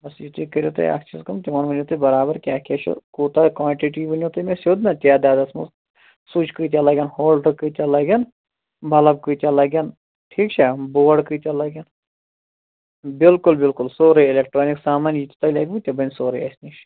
بَس یُتٕے کٔرِو تُہۍ اَکھ چیٖز کٲم تِمَن ؤنِو تُہۍ برابر کیٛاہ کیٛاہ چھُ کوٗتاہ کانٹِٹی ؤنِو تُہۍ مےٚ سیوٚد نا تعدادَس منٛز سُچ کۭتیاہ لَگن ہولڈَر کۭتیاہ لَگن بَلَب کۭتیاہ لَگن ٹھیٖک چھا بوڈ کۭتیاہ لَگن بِلکُل بِلکُل سورٕے اٮ۪لکٹرٛانِک سامان یہِ تہِ تۄہہِ لَگِوٕ تِہ بَنہِ سورٕے اَسہِ نِش